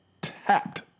tapped